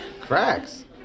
Cracks